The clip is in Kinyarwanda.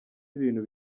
ibintu